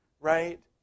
right